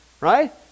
Right